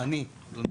אני אדוני.